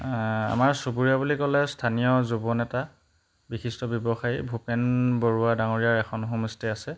আমাৰ চুবুৰীয়া বুলি ক'লে স্থানীয় যুৱনেতা বিশিষ্ট ব্যৱসায়ী ভূপেন বৰুৱা ডাঙৰীয়াৰ এখন হোমষ্টে' আছে